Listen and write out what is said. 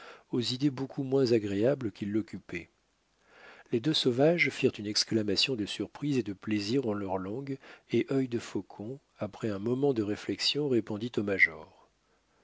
aux idées beaucoup moins agréables qui l'occupaient les deux sauvages firent une exclamation de surprise et de plaisir en leur langue et œil de faucon après un moment de réflexion répondit au major